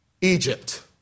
Egypt